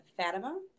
Fatima